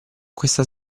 questa